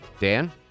Dan